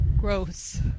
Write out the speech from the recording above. Gross